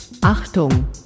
Achtung